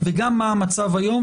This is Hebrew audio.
וגם מה המצב היום.